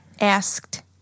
Asked